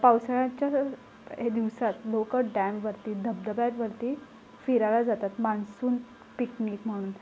पावसाळ्याच्या दिवसात लोकं डॅमवरती धबधब्यांवरती फिरायला जातात मान्सून पिकनिक म्हणून